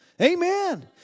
Amen